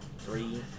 Three